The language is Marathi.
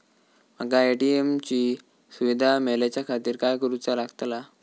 माका ए.टी.एम ची सुविधा मेलाच्याखातिर काय करूचा लागतला?